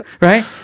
Right